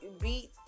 beat